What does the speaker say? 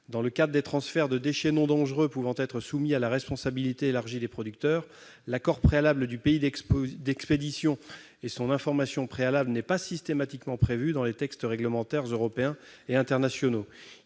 Dans le cadre des transferts de déchets non dangereux pouvant être soumis à la responsabilité élargie des producteurs, l'accord préalable du pays d'expédition et son information préalable ne sont pas systématiquement prévus dans les textes réglementaires européens et internationaux.